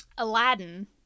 Aladdin